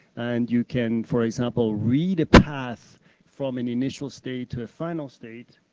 and you can for example, read a pass from an initial state to a final state.